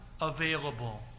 available